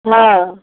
हँ